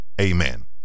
Amen